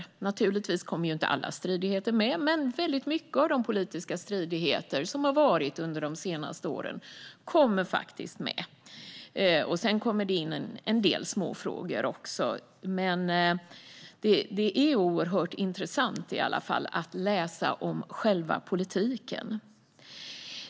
Alla stridigheter kommer naturligtvis inte med, men väldigt mycket av de politiska stridigheter som har varit under de senaste åren kommer faktiskt med. Det kommer också in en del småfrågor, men det är i alla fall oerhört intressant att läsa om själva politiken.